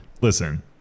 Listen